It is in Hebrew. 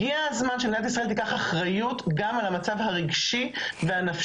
הגיע הזמן שמדינת ישראל תיקח אחריות גם על המצב הרגשי והנפשי.